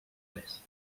res